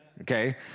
okay